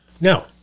Now